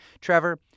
Trevor